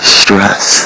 stress